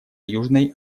южной